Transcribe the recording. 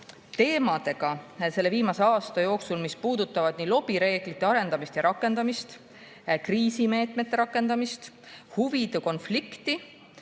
töötanud selle viimase aasta jooksul teemadega, mis puudutavad lobireeglite arendamist ja rakendamist, kriisimeetmete rakendamist, huvide konflikti